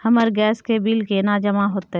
हमर गैस के बिल केना जमा होते?